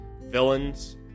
villains